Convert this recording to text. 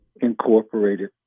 incorporated